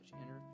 Enter